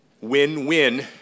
Win-win